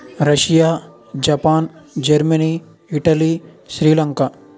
Russia Japan Germany Italy Sri Lanka